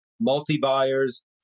multi-buyers